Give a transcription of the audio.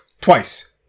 Twice